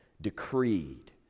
decreed